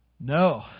no